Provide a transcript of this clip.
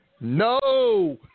No